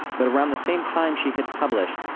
but around the same time she hit publish,